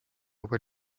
were